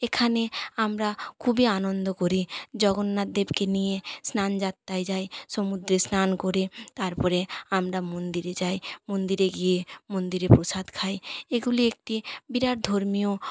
এখানে আমরা খুবই আনন্দ করি জগন্নাথ দেবকে নিয়ে স্নান যাত্রায় যাই সমুদ্রে স্নান করে তারপরে আমরা মন্দিরে যাই মন্দিরে গিয়ে মন্দিরে প্রসাদ খাই এগুলি একটি বিরাট ধর্মীয়